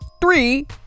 three